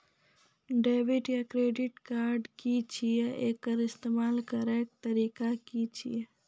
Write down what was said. Debit या credit card की छियै? एकर इस्तेमाल करैक तरीका की छियै?